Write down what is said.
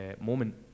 moment